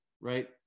right